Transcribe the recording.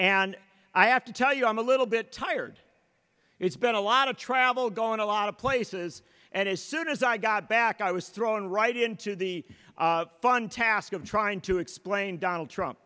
and i have to tell you i'm a little bit tired it's been a lot of travel going a lot of places and as soon as i got back i was thrown right into the fun task of trying to explain donald trump